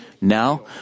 Now